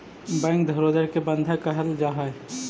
bank धरोहर के बंधक कहल जा हइ